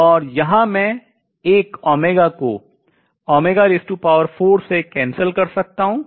और यहां मैं एक को से cancel रद्द कर सकता हूँ